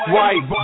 White